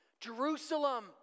Jerusalem